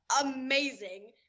amazing